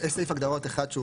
יש סעיף הגדרות אחד.